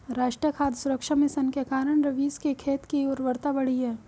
राष्ट्रीय खाद्य सुरक्षा मिशन के कारण रवीश के खेत की उर्वरता बढ़ी है